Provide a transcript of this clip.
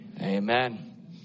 Amen